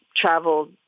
traveled